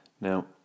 Now